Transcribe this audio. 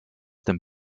dem